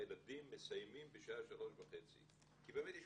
הילדים מסיימים בשעה 15:30 כי באמת יש